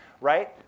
right